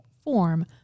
form